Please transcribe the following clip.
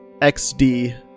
XD